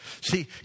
See